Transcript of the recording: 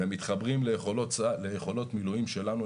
מתחברים ליכולות מילואים שלנו,